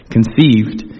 Conceived